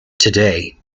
today